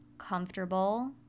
comfortable